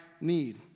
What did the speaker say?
need